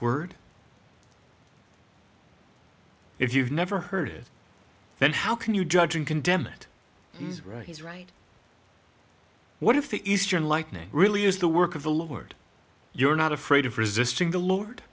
word if you've never heard it then how can you judge and condemn it he's right he's right what if the eastern lightning really is the work of the lord you're not afraid of resisting the lord